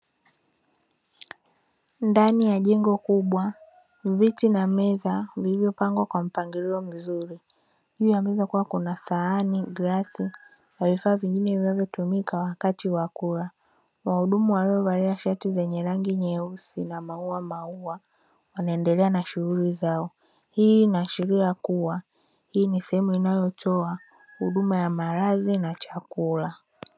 Ndani ya jengo kubwa, viti na meza vilivyopangwa kwa mpangilio mzuri. Juu ya meza kukiwa kuna sahani, glasi na vifaa vingine vinavyotumika wakati wa kula. Wahudumu waliovalia shati za rangi nyeusi na mauamaua, wanaendelea na shughuli zao. Hii inaashiria kuwa hii ni sehemu inayotoa huduma ya malazi na chakula.